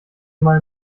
mal